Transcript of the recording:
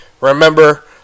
remember